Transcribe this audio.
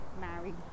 married